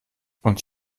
und